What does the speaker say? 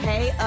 Hey